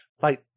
fight